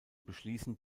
beschließen